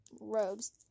robes